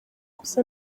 gusa